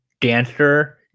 dancer